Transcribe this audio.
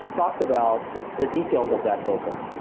talked about the details of that broker.